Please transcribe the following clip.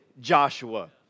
Joshua